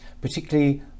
particularly